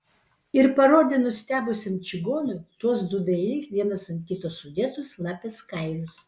ir parodė nustebusiam čigonui tuos du dailiai vienas ant kito sudėtus lapės kailius